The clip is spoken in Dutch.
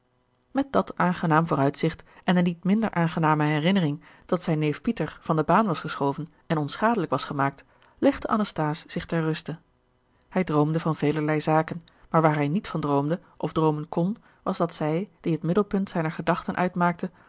met dat aangenaam vooruitzicht en de niet minder aangename herinnering dat zijn neef pieter van de baan was geschoven en onschadelijk was gemaakt legde anasthase zich ter ruste hij droomde van velerlei zaken maar waar hij niet van droomde of droomen kon was dat zij die het middelpunt zijner gedachten uitmaakte